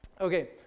okay